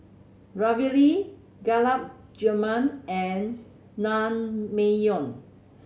Ravioli Gulab Jamun and Naengmyeon